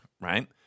right